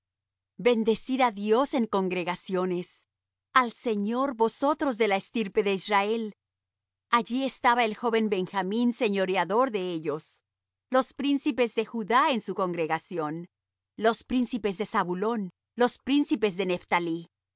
bendecid á dios en congregaciones al señor vosotros de la estirpe de israel allí estaba el joven benjamín señoreador de ellos los príncipes de judá en su congregación los príncipes de zabulón los príncipes de nephtalí